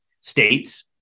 states